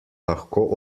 lahko